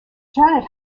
janet